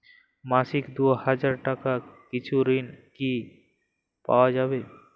মাসিক দুই হাজার টাকার কিছু ঋণ কি পাওয়া যাবে?